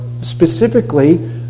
specifically